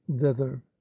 thither